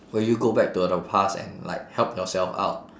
will you go back to the past and like help yourself out